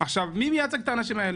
מי מייצג אותם?